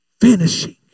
Finishing